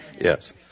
Yes